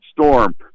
storm